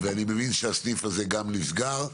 אני מבין שהסניף הזה גם נסגר.